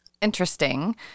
interesting